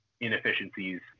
inefficiencies